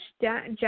Jack